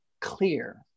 clear